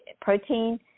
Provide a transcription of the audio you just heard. protein